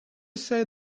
say